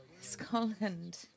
Scotland